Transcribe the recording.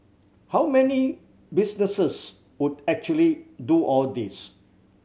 how many business would actually do all this